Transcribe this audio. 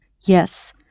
yes